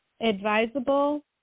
advisable